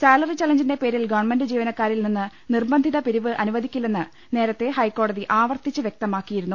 salary ചലഞ്ചിന്റെ പേരിൽ government ജീവനക്കാരിൽ നിന്ന് നിർബന്ധിത പിരവ് അനുവദിക്കില്ലെന്ന് നേരത്തെ ഹൈക്കോ ടതി ആവർത്തിച്ച് വ്യക്തമാക്കിയിരുന്നു